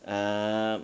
uh